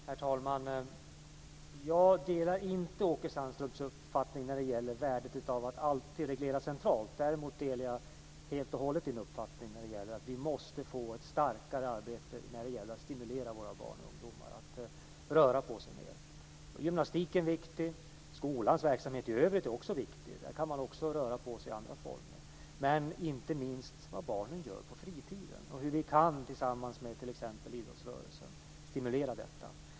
Herr talman! Jag delar inte Åke Sandströms uppfattning när det gäller värdet av att alltid reglera centralt. Däremot delar jag helt och hållet hans uppfattning om att vi måste få ett starkare arbete när det gäller att stimulera våra barn och ungdomar att röra på sig mer. Då är gymnastiken viktig. Skolans verksamhet i övrigt är också viktig. Där kan man också röra på sig i andra former. Men det är inte minst viktigt vad barnen gör på fritiden och hur vi tillsammans med t.ex. idrottsrörelsen kan stimulera detta.